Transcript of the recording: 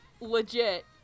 Legit